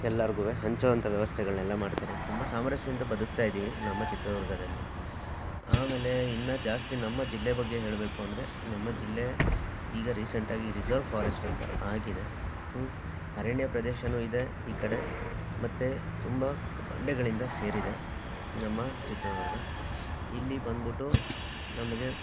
ಎಲ್ಲಾರ್ಗು ಹಂಚೋ ಅಂತ ವ್ಯವಸ್ಥೆಗಳನ್ನೆಲ್ಲ ಮಾಡ್ತಾರೆ ತುಂಬ ಸಾಮರಸ್ಯದಿಂದ ಬದುಕ್ತಾ ಇದ್ದೀವಿ ನಮ್ಮ ಚಿತ್ರದುರ್ಗದಲ್ಲಿ ಆಮೇಲೆ ಇನ್ನೂ ಜಾಸ್ತಿ ನಮ್ಮ ಜಿಲ್ಲೆ ಬಗ್ಗೆ ಹೇಳಬೇಕು ಅಂದರೆ ನಮ್ಮ ಜಿಲ್ಲೆ ಈಗ ರೀಸೆಂಟ್ ಆಗಿ ರಿಸರ್ವ್ ಫಾರೆಸ್ಟ್ ಅಂತ ಆಗಿದೆ ಅರಣ್ಯ ಪ್ರದೇಶನೂ ಇದೆ ಈ ಕಡೆ ಮತ್ತೆ ತುಂಬ ಬಂಡೆಗಳಿಂದ ಸೇರಿದೆ ನಮ್ಮ ಚಿತ್ರದುರ್ಗ ಇಲ್ಲಿ ಬಂದುಬಿಟ್ಟು ನಮಗೆ